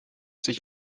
sich